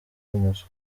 umuswa